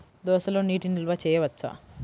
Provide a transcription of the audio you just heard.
దోసలో నీటి నిల్వ చేయవచ్చా?